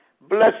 bless